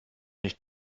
nicht